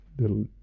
little